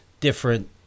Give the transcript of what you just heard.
different